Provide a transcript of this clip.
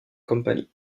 company